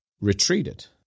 retreated